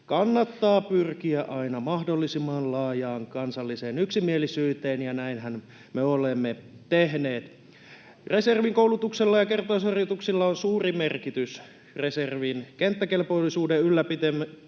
kannattaa pyrkiä aina mahdollisimman laajaan kansalliseen yksimielisyyteen. Ja näinhän me olemme tehneet. Reservikoulutuksella ja kertausharjoituksilla on suuri merkitys reservin kenttäkelpoisuuden ylläpitämisessä,